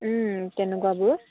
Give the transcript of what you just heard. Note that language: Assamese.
তেনেকুৱাবোৰ